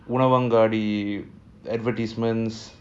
உணவங்காடி:unavangadi advertisements